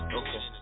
okay